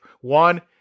One